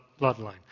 bloodline